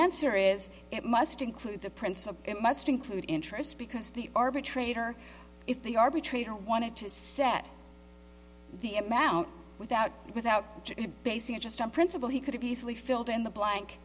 answer is it must include the principle must include interest because the arbitrator if the arbitrator wanted to set the amount without without basing it just on principle he could have easily filled in the blank